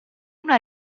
una